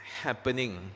happening